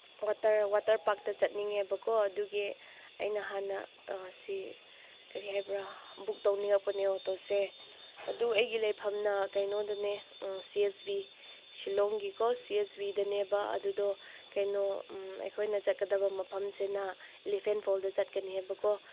water water ꯄꯥꯛꯇ ꯆꯠꯅꯤꯡꯉꯦꯕꯀꯣ ꯑꯗꯨꯒꯤ ꯑꯩꯅ ꯍꯥꯟꯅ ꯁꯤ ꯀꯔꯤ ꯍꯥꯏꯕ꯭ꯔꯥ ꯕꯨꯛ ꯇꯧꯅꯤꯡꯉꯛꯄꯅꯦ ꯑꯣꯇꯣꯁꯦ ꯑꯗꯨ ꯑꯩꯒꯤ ꯂꯩꯐꯝꯅ ꯀꯩꯅꯣꯗꯅꯦ ꯁꯤ ꯑꯦꯁ ꯕꯤ ꯁꯤꯜꯂꯣꯡꯒꯤꯀꯣ ꯁꯤ ꯑꯦꯁ ꯕꯤꯗꯅꯦꯕ ꯑꯗꯨꯗꯣ ꯀꯩꯅꯣ ꯑꯩꯈꯣꯏꯅ ꯆꯠꯀꯗꯕ ꯃꯐꯝꯁꯤꯅ ꯏꯂꯤꯐꯦꯟ ꯐꯣꯜꯗ ꯆꯠꯀꯅꯤ ꯍꯥꯏꯕ ꯀꯣ